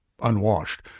unwashed